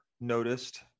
noticed